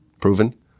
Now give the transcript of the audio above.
proven